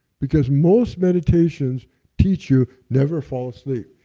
because most meditations teach you, never fall asleep.